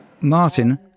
Martin